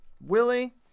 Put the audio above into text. willie